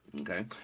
Okay